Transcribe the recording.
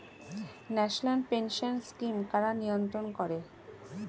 National pension scheme কারা নিয়ন্ত্রণ করে?